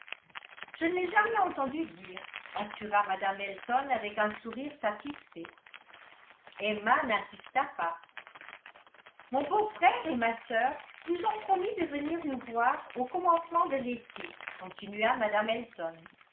je ne l'ai jamais entendu dire assura mme elton avec un sourire satisfait emma n'insista pas mon beau-frère et ma sœur nous ont promis de venir nous voir au commencement de l'été continua mme elton